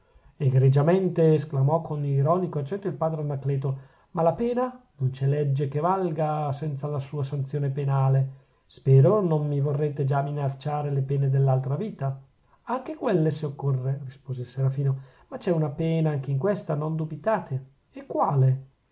egregiamente esclamò con ironico accento il padre anacleto ma la pena non c'è legge che valga senza la sua sanzione penale spero che non mi vorrete già minacciare le pene dell'altra vita anche quelle se occorre rispose il serafino ma c'è una pena anche in questa non dubitate e quale